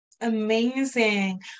Amazing